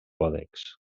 còdex